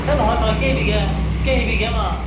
অঁ নহয় নহয় কেইবিঘা কেইবিঘা মান